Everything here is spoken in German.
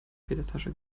federtasche